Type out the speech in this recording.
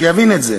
שיבין את זה.